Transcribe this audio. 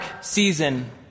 season